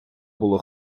було